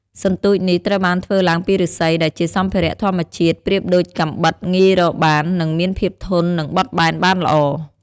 សន្ទូចនេះ ត្រូវបានធ្វើឡើងពីឬស្សី ដែលជាសម្ភារៈធម្មជាតិប្រៀបដូចកាំបិតងាយរកបាន និងមានភាពធន់និងបត់បែនបានល្អ។